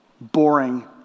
boring